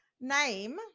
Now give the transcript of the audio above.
Name